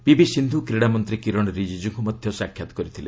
PV Sindhu କ୍ରୀଡ଼ା ମନ୍ତ୍ରୀ କିରଣ ରିଜିଜୁଙ୍କୁ ମଧ୍ୟ ସାକ୍ଷାତ କରିଥିଲେ